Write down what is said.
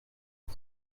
you